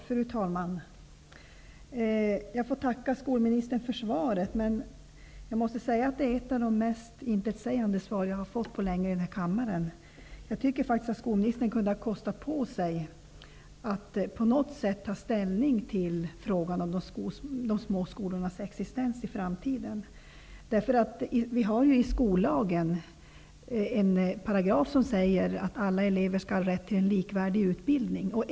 Fru talman! Jag tackar skolministern för svaret, men det är ett av de mer intetsägande svar jag har fått på länge i denna kammare. Jag tycker faktiskt att skolministern hade kunnat kostat på sig att på något sätt ta ställning till frågan om de små skolornas existens i framtiden. Det finns i skollagen en paragraf som säger att alla elever skall ha rätt till en likvärdig utbildning.